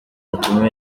yatumiwe